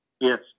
Yes